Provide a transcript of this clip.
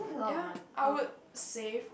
ya I would save